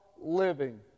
living